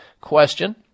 question